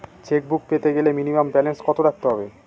Chequebook পেতে গেলে minimum balance কত রাখতে হবে?